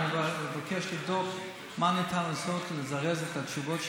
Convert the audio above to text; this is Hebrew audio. ואני אבקש לבדוק מה ניתן לעשות לזרז את התשובות,